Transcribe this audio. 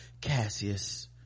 Cassius